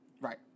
Right